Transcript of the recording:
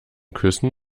küssen